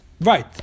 right